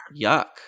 yuck